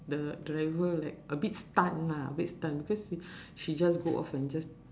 the driver like a bit stunned lah a bit stunned because she just go off and just